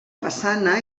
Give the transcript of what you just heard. façana